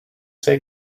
say